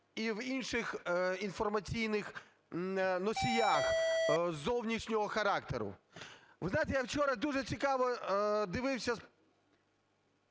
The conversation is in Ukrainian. і в інших інформаційних носіях зовнішнього характеру. Ви знаєте, я вчора дуже цікаву дивився